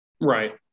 Right